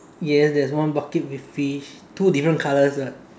yeah there's one bucket with fish two different colours lah